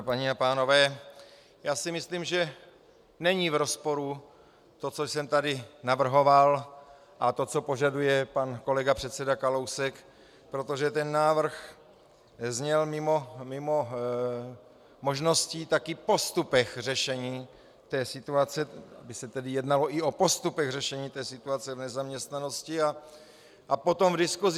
Paní a pánové, já si myslím, že není v rozporu to, co jsem tady navrhoval, a to, co požaduje pan kolega předseda Kalousek, protože ten návrh zněl mimo možností taky o postupech řešení té situaci, kdy se tedy jednalo i o postupech řešení té situace v nezaměstnanosti a potom v diskusi.